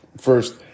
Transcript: First